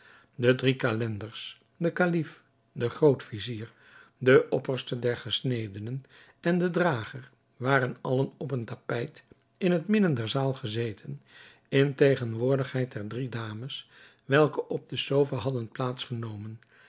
de drie calenders de kalif de groot-vizier de opperste der gesnedenen en de drager waren allen op een tapijt in het midden der zaal gezeten in tegenwoordigheid der drie dames welke op de sofa hadden plaats genomen